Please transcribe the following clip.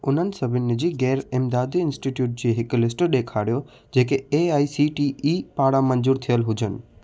उन्हनि सभिनी निजी गै़रु इमदादी इंस्टिट्यूट जी हिकु लिस्ट ॾेखारियो जेके A I C T E पारां मंज़ूरु थियलु हुजनि